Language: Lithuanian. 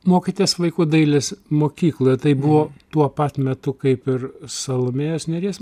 mokėtės vaikų dailės mokykloje tai buvo tuo pat metu kaip ir salomėjos nėries